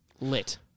Lit